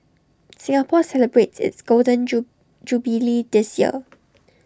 Singapore celebrates its golden Jo jubilee this year